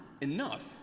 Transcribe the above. enough